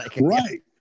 right